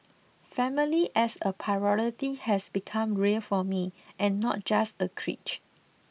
family as a priority has become real for me and not just a cliche